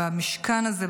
במשכן הזה,